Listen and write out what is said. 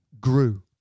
grew